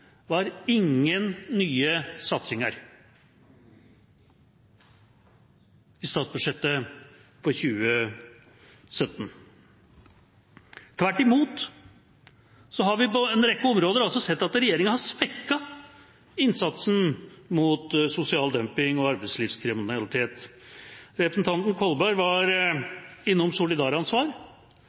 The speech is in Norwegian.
var: ingen nye satsinger i statsbudsjettet for 2017. Tvert imot har vi på en rekke områder sett at regjeringa har svekket innsatsen mot sosial dumping og arbeidslivskriminalitet. Representanten Kolberg var innom solidaransvar